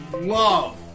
love